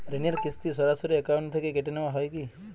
ঋণের কিস্তি সরাসরি অ্যাকাউন্ট থেকে কেটে নেওয়া হয় কি?